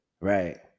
right